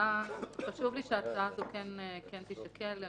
חשוב לי שההצעה הזאת כן תישקל.